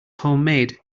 homemade